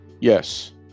Yes